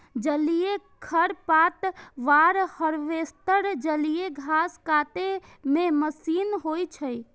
जलीय खरपतवार हार्वेस्टर जलीय घास काटै के मशीन होइ छै